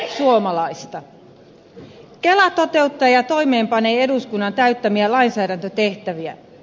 kela toteuttaa ja toimeenpanee eduskunnan täyttämiä lainsäädäntötehtäviä